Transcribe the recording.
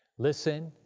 listen,